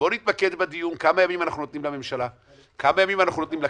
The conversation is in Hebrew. בואו נתמקד בדיון כמה ימים אנחנו נותנים לממשלה,